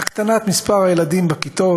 הקטנת מספר הילדים בכיתות,